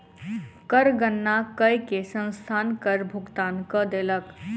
कर गणना कय के संस्थान कर भुगतान कय देलक